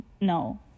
No